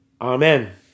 Amen